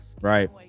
Right